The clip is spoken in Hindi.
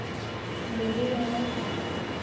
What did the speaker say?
मेरे यहाँ